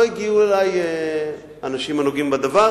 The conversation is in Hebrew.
לא הגיעו אלי אנשים הנוגעים בדבר,